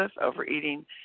overeating